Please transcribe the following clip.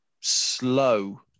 slow